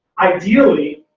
ideally,